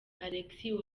alexis